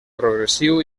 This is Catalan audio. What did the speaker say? progressiu